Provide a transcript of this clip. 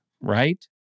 right